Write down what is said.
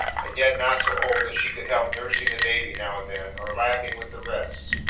and yet not so old that she could help nursing the baby, now and then, or laughing with the rest,